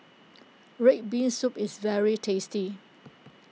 Red Bean Soup is very tasty